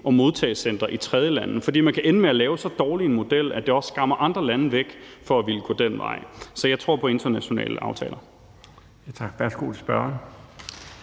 om modtagecentre i tredjelande, for man kan ende med at lave så dårlig en model, at det også skræmmer andre lande væk for at ville gå den vej. Så jeg tror på internationale aftaler.